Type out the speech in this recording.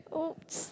!oops!